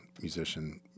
musician